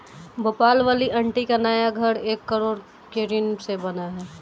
भोपाल वाली आंटी का नया घर एक करोड़ के ऋण से बना है